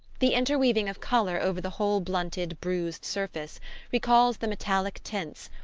the interweaving of colour over the whole blunted bruised surface recalls the metallic tints,